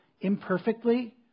imperfectly